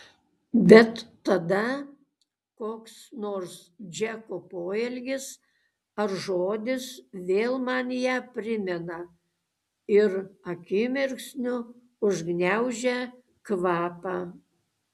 bet tada koks nors džeko poelgis ar žodis vėl man ją primena ir akimirksniu užgniaužia kvapą